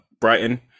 Brighton